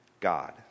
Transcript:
God